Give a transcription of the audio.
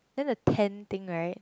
then the tan thing right